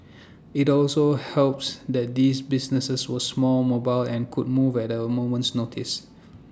IT also helps that these businesses were small mobile and could move at A moment's notice